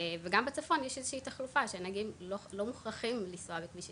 וגם בצפון יש איזושהי תחלופה שהנהגים לא מוכרחים לנסוע על כביש 6,